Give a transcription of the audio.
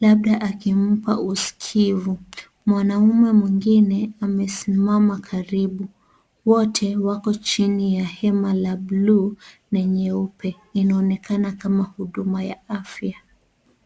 labda akimpa uskiivu. Mwanaume mwingine amesimama karibu. Wote wako chini ya hema ya (cs)bluu(cs) na nyeupe. Inaonekana kama huduma ya afya.